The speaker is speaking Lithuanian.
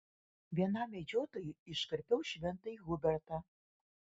vienam medžiotojui iškarpiau šventąjį hubertą